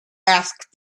asked